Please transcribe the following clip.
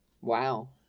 Wow